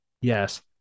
Yes